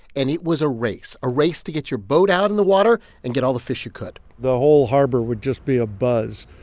and it was a race, a race to get your boat out in the water and get all the fish you could the whole harbor would just be abuzz,